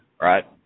right